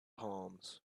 palms